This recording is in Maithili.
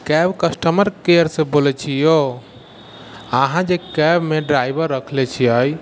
कैब कस्टमर केयर सँ बोलै छी यौ आहाँ जे कैबमे ड्राइवर रखले छियै